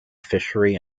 fishery